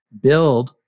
build